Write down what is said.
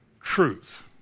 Truth